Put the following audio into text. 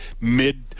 mid